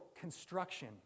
construction